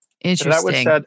Interesting